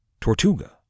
Tortuga